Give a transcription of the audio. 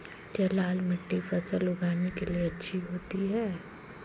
क्या लाल मिट्टी फसल उगाने के लिए अच्छी होती है?